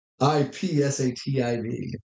I-P-S-A-T-I-V